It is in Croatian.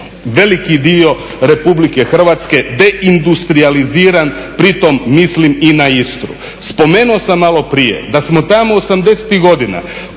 veliki dio RH deindustrijaliziran, pri tom mislim i na Istru. Spomenuo sam maloprije da smo tamo 80-ih godina